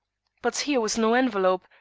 but here was no envelope,